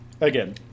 Again